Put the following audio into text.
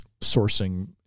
sourcing